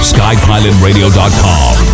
SkyPilotRadio.com